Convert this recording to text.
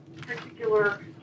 particular